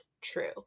true